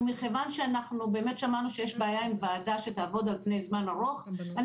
מכיוון שאנחנו שמענו שיש בעיה עם ועדה שתעבוד על פני זמן ארוך אני